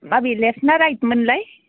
मा बे लेफ्ट ना रायट मोनलाय